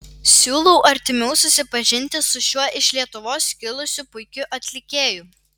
siūlau artimiau susipažinti su šiuo iš lietuvos kilusiu puikiu atlikėju